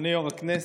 אדוני יו"ר הכנסת,